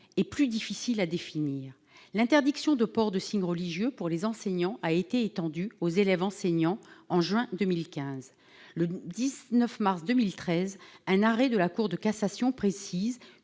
est plus difficile à définir. L'interdiction de port de signes religieux pour les enseignants a été étendue aux élèves enseignants en janvier 2015. Dans un arrêt du 19 mars 2013, la Cour de cassation a précisé